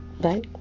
bye